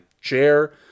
chair